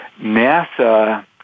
NASA